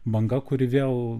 banga kuri vėl